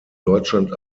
deutschland